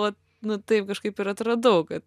vat nu taip kažkaip ir atradau kad